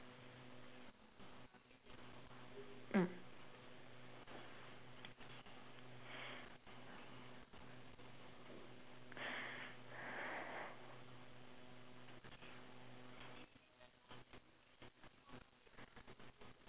mm